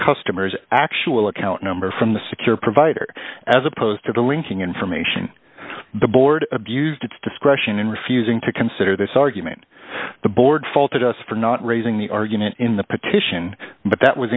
customer's actual account number from the secure provider as opposed to the linking information the board abused its discretion in refusing to consider this argument the board faulted us for not raising the argument in the petition but that was